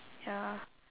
ya